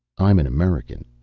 i'm an american,